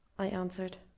i answered.